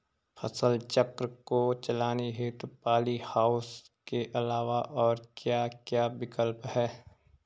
फसल चक्र को चलाने हेतु पॉली हाउस के अलावा और क्या क्या विकल्प हैं?